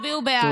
תצביעו בעד.